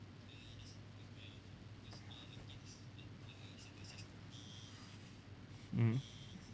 mmhmm